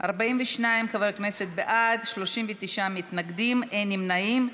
42 חברי כנסת בעד, 39 מתנגדים, ואין נמנעים.